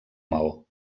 maó